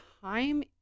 time